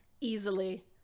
easily